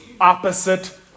opposite